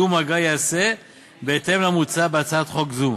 תיאום האגרה ייעשה בהתאם למוצע בהצעת חוק זו.